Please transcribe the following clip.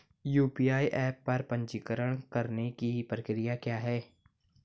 UPI app पर पंजीकरण करने की प्रक्रिया क्या है?